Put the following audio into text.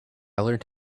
learned